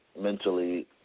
mentally